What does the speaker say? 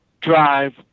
drive